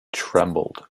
trembled